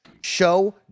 show